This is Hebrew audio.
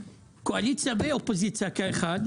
קואליציה ואופוזיציה כאחד,